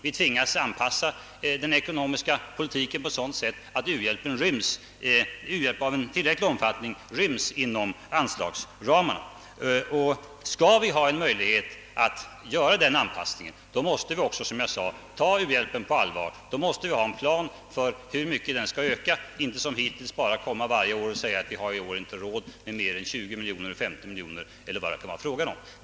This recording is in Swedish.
Vi tvingas att anpassa den ekonomiska politiken på sådant sätt att u-hjälpen i tillräcklig omfattning ryms inom anslagsramarna. Skall vi ha en möjlighet att göra denna anpassning, måste vi också, som jag sade, ta u-hjälpen på allvar. Då måste vi ha en plan för hur mycket den skall öka, inte som hittills bara komma varje år och säga att vi inte har råd mer mer än 20 miljoner, 50 miljoner eller vad det kan vara fråga om.